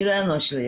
שלא יהיה לנו אשליות,